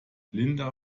linda